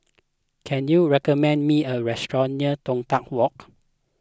can you recommend me a restaurant near Toh Tuck Walk